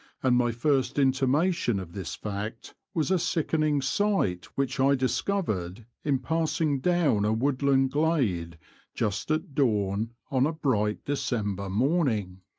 and my first intimation of this fact was a sickening sight which i discovered in passing down a woodland glade just at dawn on a bright december morning.